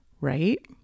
right